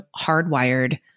hardwired